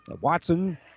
Watson